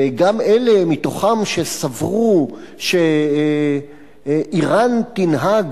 גם אלה מתוכם שסברו שאירן תנהג,